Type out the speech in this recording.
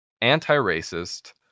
anti-racist